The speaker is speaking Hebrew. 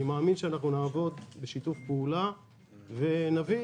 אני מאמין שנעבוד בשיתוף פעולה ונביא